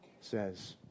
says